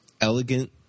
elegant